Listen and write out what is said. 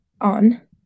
on